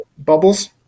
bubbles